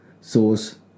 sauce